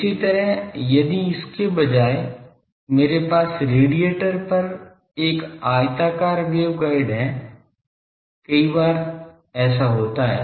इसी तरह यदि इसके बजाय मेरे पास रेडिएटर पर एक आयताकार वेवगाइड है कई बार ऐसा होता है